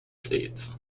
states